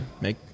make